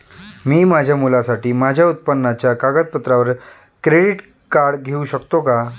मी माझ्या मुलासाठी माझ्या उत्पन्नाच्या कागदपत्रांवर क्रेडिट कार्ड घेऊ शकतो का?